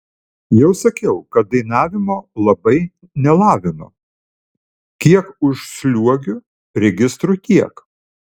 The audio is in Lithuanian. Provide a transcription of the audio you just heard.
jau sakiau kad dainavimo labai nelavinu kiek užsliuogiu registru tiek